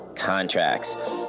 Contracts